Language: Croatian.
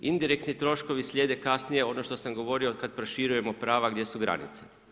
Indirektni troškovi slijede kasnije, ono što sam govorio kada proširujemo prava gdje su granice.